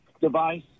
device